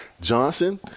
Johnson